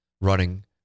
running